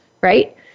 right